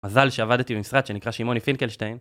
מזל שעבדתי במשרד שנקרא שמעוני פינקלשטיין